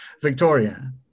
Victoria